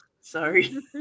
sorry